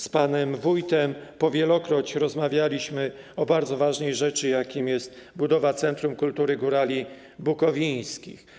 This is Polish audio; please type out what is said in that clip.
Z panem wójtem po wielokroć rozmawialiśmy o bardzo ważnej rzeczy, jaką jest budowa centrum kultury górali bukowińskich.